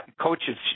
coaches